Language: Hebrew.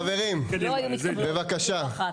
(היו"ר אוהד טל) טוב, חברים, בבקשה.